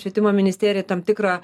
švietimo ministerija tam tikrą